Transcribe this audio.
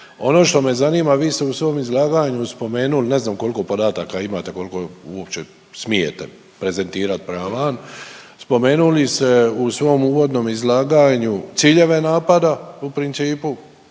Ono što me zanima, vi ste u svom izlaganju spomenuli, ne znam koliko podataka imate, koliko uopće smijete prezentirat prema van, spomenuli ste u svom uvodnom izlaganju ciljeve napada u principu,